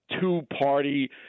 two-party